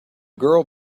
girl